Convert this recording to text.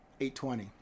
820